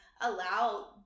allow